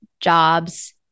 jobs